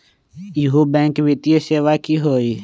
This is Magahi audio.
इहु बैंक वित्तीय सेवा की होई?